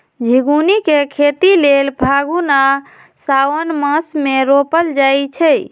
झिगुनी के खेती लेल फागुन आ साओंन मासमे रोपल जाइ छै